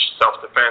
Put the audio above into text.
self-defense